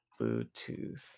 Bluetooth